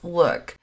look